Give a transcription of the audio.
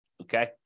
okay